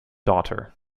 daughter